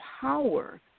power